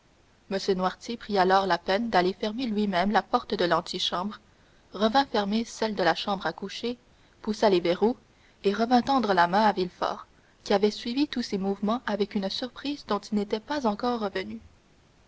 m noirtier prit alors la peine d'aller fermer lui-même la porte de l'antichambre revint fermer celle de la chambre à coucher poussa les verrous et revint tendre la main à villefort qui avait suivi tous ces mouvements avec une surprise dont il n'était pas encore revenu